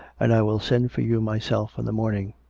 and i will send for you myself in the morning.